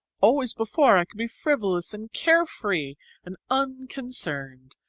always before be frivolous and care-free and unconcerned,